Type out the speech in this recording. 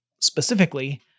Specifically